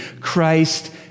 Christ